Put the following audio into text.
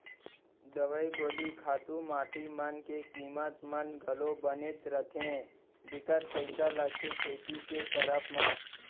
दवई गोली खातू माटी मन के कीमत मन घलौ बनेच रथें बिकट पइसा लगथे खेती के करब म